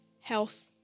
Health